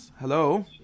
Hello